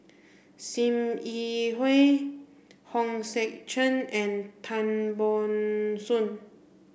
Sim Yi Hui Hong Sek Chern and Tan Ban Soon